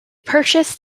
purchased